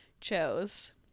chose